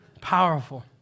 Powerful